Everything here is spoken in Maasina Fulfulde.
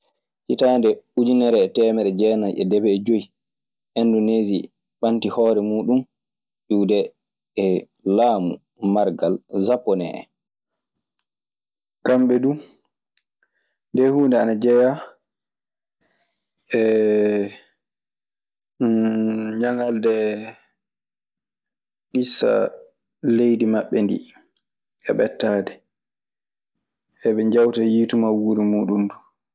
Hitanɗe ujunere e temeeɗe dienaye e debe e joyi, indonesi ɓanti hore mun dun ƴiwse e lamu margal japonnehen. Kamɓe du, ndee huunde ana jeyaa e ñaŋalde issa leydi maɓɓe ndii e ɓettaade. Eɓe njawta yiitumawuuri muuɗun du.